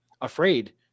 afraid